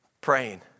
praying